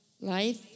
life